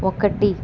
ఒకటి